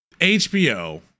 HBO